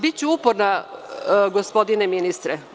Biću uporna, gospodine ministre.